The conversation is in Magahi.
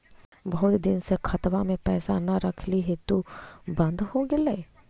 बहुत दिन से खतबा में पैसा न रखली हेतू बन्द हो गेलैय?